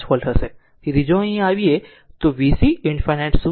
તેથી જો અહીં આવે તો vc ∞ શું હશે